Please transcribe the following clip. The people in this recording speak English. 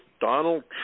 Donald